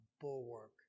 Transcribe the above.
bulwark